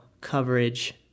coverage